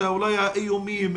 אולי את האיומים,